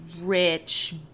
rich